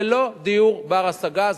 זה לא דיור בר-השגה,